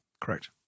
Correct